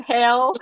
Hell